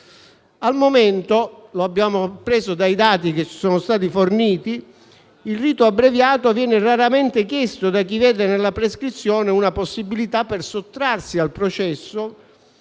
Al momento, come abbiamo appreso dai dati che sono stati forniti, il rito abbreviato viene raramente chiesto da chi vede nella prescrizione una possibilità per sottrarsi al processo,